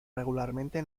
regularmente